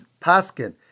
Paskin